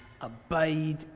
Abide